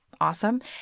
awesome